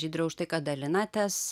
žydre už tai kad dalinatės